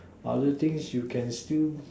other things you can still